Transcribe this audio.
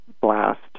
blast